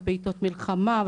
ובעתות מלחמה,